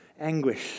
anguish